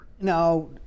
Now